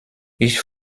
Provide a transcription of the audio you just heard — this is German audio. ich